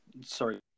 Sorry